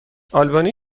آلبانی